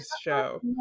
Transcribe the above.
show